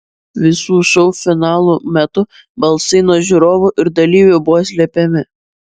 visų šou finalų metu balsai nuo žiūrovų ir dalyvių buvo slepiami